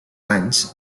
anys